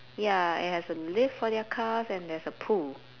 ya it has a lift for their cars and there's a pool